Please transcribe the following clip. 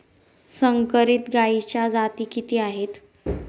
संकरित गायीच्या जाती किती आहेत?